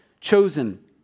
chosen